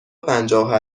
پنجاه